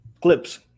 Clips